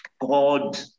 God